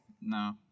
No